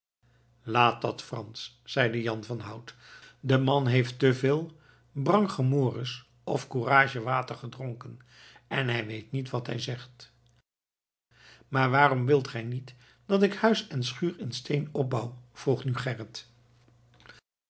laat dat frans zeide jan van hout de man heeft te veel brangdemoris of courage water gedronken en hij weet niet wat hij zegt maar waarom wilt gij niet dat ik huis en schuur in steen opbouw vroeg nu gerrit